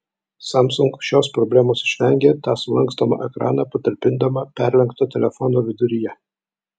samsung šios problemos išvengė tą sulankstomą ekraną patalpindama perlenkto telefono viduryje